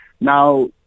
Now